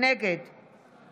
נגד